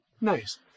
Nice